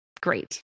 Great